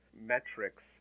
metrics